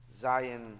Zion